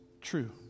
true